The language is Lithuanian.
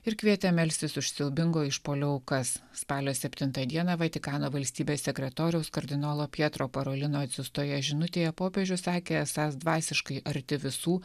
ir kvietė melstis už siaubingo išpuolio aukas spalio septintąją dieną vatikano valstybės sekretoriaus kardinolo pietro parolino atsiųstoje žinutėje popiežius sakė esąs dvasiškai arti visų